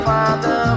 Father